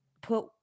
put